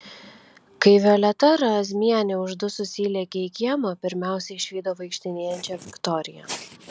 kai violeta razmienė uždususi įlėkė į kiemą pirmiausia išvydo vaikštinėjančią viktoriją